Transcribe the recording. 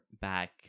back